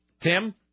Tim